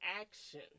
action